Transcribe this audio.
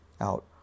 out